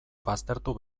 baztertu